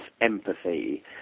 empathy